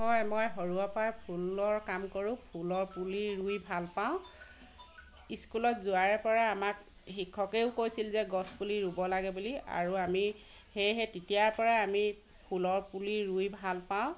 হয় মই সৰুৰে পৰা ফুলৰ কাম কৰোঁ ফুলৰ পুলি ৰুই ভাল পাওঁ স্কুলত যোৱাৰে পৰা আমাক শিক্ষকেও কৈছিল যে গছপুলি ৰুব লাগে বুলি আৰু আমি সেয়েহে তেতিয়াৰ পৰাই আমি ফুলৰ পুলি ৰুই ভাল পাওঁ